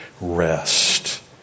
rest